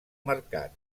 mercat